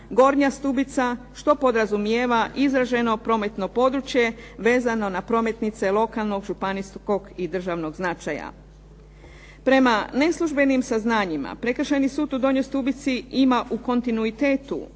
Gornja Stubica što podrazumijeva izraženo prometno područje vezano na prometnice lokalnog županijskog i državnog značaja. Prema neslužbenim saznanjima Prekršajni sud u Donjoj Stubici ima u kontinuitetu